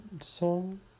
song